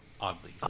oddly